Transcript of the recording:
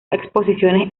exposiciones